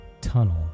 tunnel